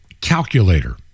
calculator